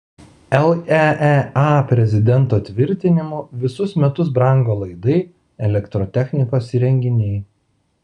leea prezidento tvirtinimu visus metus brango laidai elektrotechnikos įrenginiai